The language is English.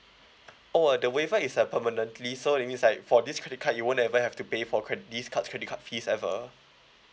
oh uh the waiver is uh permanently so it means like for this credit card you won't ever have to pay for cred~ this card's credit card fees ever